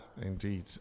indeed